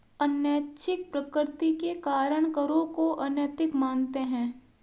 अनैच्छिक प्रकृति के कारण करों को अनैतिक मानते हैं